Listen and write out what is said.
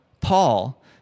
Paul